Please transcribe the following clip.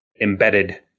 embedded